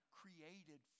created